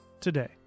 today